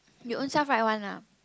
you ownself write one ah